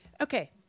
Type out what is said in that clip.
Okay